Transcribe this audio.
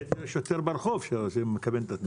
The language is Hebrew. שוטר ברחוב שמכוון את התנועה.